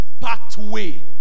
pathway